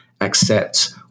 accept